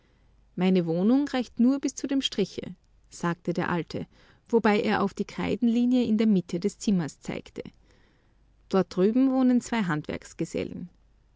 meine wohnung reicht nur bis zu dem striche sagte der alte wobei er auf die kreidenlinie in der mitte des zimmers zeigte dort drüben wohnen zwei handwerksgesellen